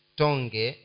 tonge